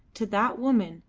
to that woman,